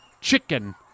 chicken